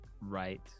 Right